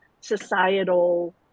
societal